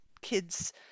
kids